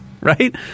Right